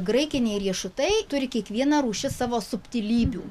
graikiniai riešutai turi kiekviena rūšis savo subtilybių